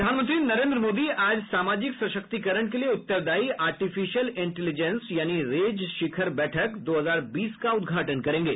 प्रधानमंत्री नरेन्द्र मोदी आज सामाजिक सशक्तिकरण के लिए उत्तरदायी आर्टिफिशियल इंटेलिजेंस यानी रेज शिखर बैठक दो हजार बीस का उदघाटन करेंगे